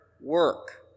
work